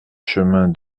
chemin